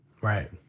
Right